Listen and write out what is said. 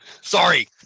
Sorry